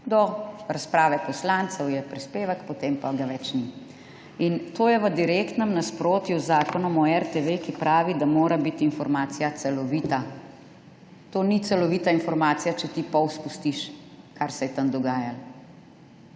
Do razprave poslancev je prispevek, potem pa ga več ni. In to je v direktnem nasprotju z Zakonom o RTV, ki pravi, da mora biti informacija celovita. To ni celovita informacija, če ti pol izpustiš, kar se je tam dogajalo.